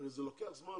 הרי זה לוקח זמן,